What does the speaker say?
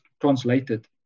translated